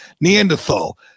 Neanderthal